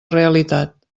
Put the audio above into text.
realitat